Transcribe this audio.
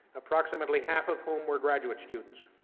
approximately half of whom were graduate students.